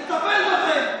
לטפל בכם.